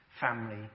family